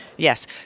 Yes